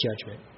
judgment